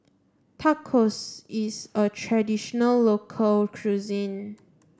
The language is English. tacos is a traditional local cuisine